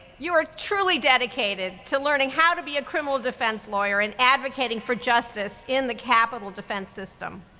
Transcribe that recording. you are truly dedicated to learning how to be a criminal defense lawyer and advocating for justice in the capital defense system.